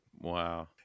Wow